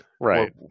Right